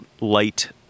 light